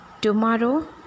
Tomorrow